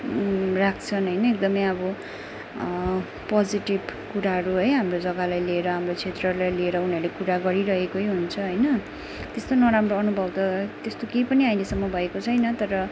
राख्छन् होइन एकदमै अब पोजिटिभ कुराहरू है हाम्रो जग्गालाई लिएर हाम्रो क्षेत्रलाई लिएर उनीहरूले कुरा गरिरहेकै हुन्छ होइन त्यस्तो नराम्रो अनुभव त त्यस्तो केही पनि अहिलेसम्म भएको छैन तर